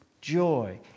joy